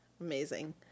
amazing